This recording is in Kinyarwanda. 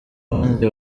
bandi